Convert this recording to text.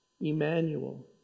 Emmanuel